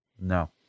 no